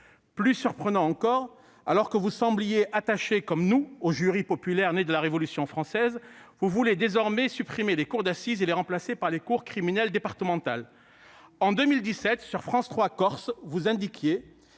Plus surprenant encore, alors que vous sembliez, comme nous, attaché aux jurys populaires nés de la Révolution française, vous voulez désormais supprimer les cours d'assises et les remplacer par les cours criminelles départementales. En 2017, sur France 3 Corse, vous critiquiez